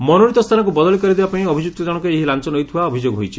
ମନୋନୀତ ସ୍ଥାନକୁ ବଦଳି କରିଦେବା ପାଇଁ ଅଭିଯୁକ୍ତ ଜଣକ ଏହି ଲାଞ ନେଉଥବା ଅଭିଯୋଗ ହୋଇଛି